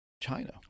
China